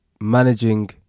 managing